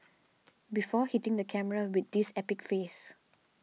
before hitting the camera with this epic face